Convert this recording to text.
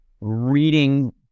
reading